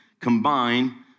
combine